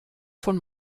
von